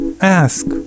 Ask